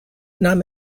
nahm